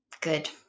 good